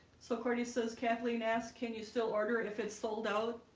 so courtney says kathleen asks, can you still order if it's sold out?